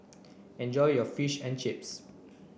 enjoy your Fish and Chips